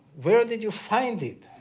where did you find it?